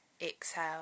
exhale